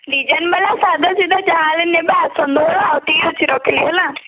design ବାଲା ସାଧା ସିଧା ଯାହାବି ନେବେ ଆସନ୍ତୁ ହେଲା ଠିକ୍ ଅଛି ରଖିଲି ହେଲା